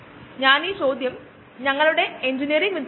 ഞാൻ ഇവിടെ നമ്പർ 11 കരുതുന്നു ബയോറിയാക്ടർക്ക് മുൻപ്